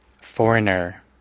Foreigner